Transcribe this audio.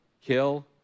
kill